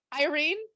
Irene